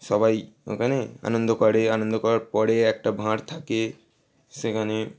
সবাই ওখানে আনন্দ করে আনন্দ করার পরে একটা ভাঁড় থাকে সেখানে